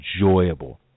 enjoyable